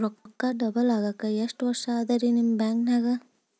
ರೊಕ್ಕ ಡಬಲ್ ಆಗಾಕ ಎಷ್ಟ ವರ್ಷಾ ಅದ ರಿ ನಿಮ್ಮ ಬ್ಯಾಂಕಿನ್ಯಾಗ?